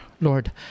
Lord